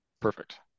perfect